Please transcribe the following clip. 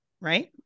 Right